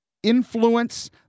influence